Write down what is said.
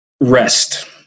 Rest